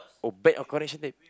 oh bag of correction tape